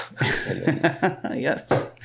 Yes